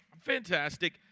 Fantastic